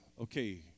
okay